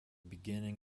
beginning